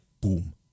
boom